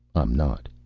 i'm not.